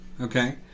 Okay